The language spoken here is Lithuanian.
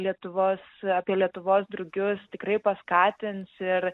lietuvos apie lietuvos drugius tikrai paskatins ir